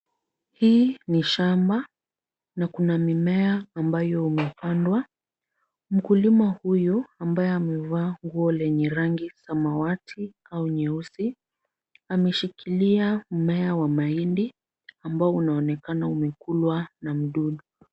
Hii ni shamba na kuna mimea ambayo umepandwa. Mkulima huyu ambaye amevaa nguo lenye rangi samawati au nyeusi, ameshikilia mmea wa mahindi ambao unaonekana umekulwa na mdudu.